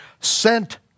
sent